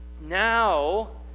Now